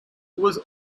was